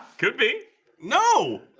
could be no